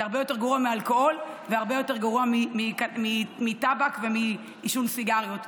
זה הרבה יותר גרוע מאלכוהול והרבה יותר גרוע מטבק ומעישון סיגריות.